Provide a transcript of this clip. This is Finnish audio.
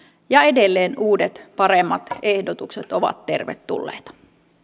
ja edelleen uudet paremmat ehdotukset ovat tervetulleita